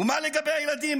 ומה לגבי הילדים?